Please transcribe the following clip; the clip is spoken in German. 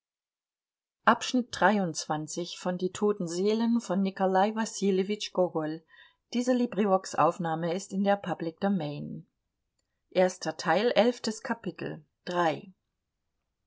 die toten seelen